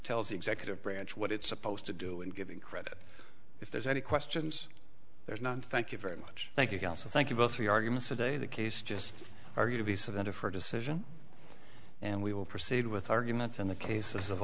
tells the executive branch what it's supposed to do and giving credit if there's any questions there's not thank you very much thank you counsel thank you both for your arguments today the case just argue to the savannah for a decision and we will proceed with arguments in the case of